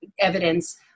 evidence